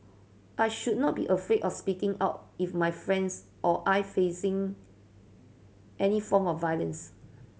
I should not be afraid of speaking out if my friends or I facing any form of violence